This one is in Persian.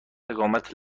اقامت